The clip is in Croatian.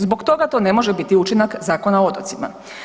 Zbog toga to ne može biti učinak Zakona o otocima.